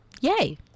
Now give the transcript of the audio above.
Yay